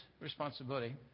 responsibility